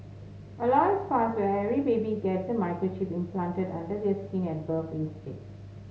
a law is passed where every baby gets a microchip implanted under their skin at birth instead